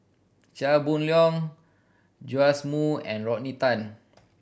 Chia Boon Leong Joash Moo and Rodney Tan